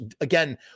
again